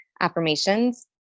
affirmations